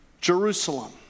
Jerusalem